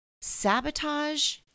Sabotage